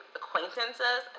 acquaintances